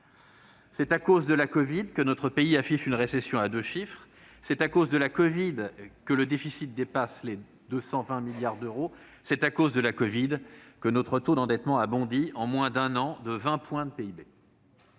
c'est à cause de la covid que notre pays affiche une récession à deux chiffres ; c'est à cause de la covid que le déficit dépasse les 220 milliards d'euros ; c'est à cause de la covid que notre taux d'endettement a bondi, en moins d'un an, de vingt points de PIB.